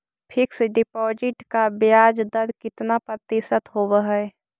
Fix deposit का ब्याज दर कितना प्रतिशत होब है?